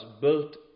Built